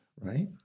right